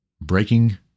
breaking